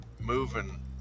moving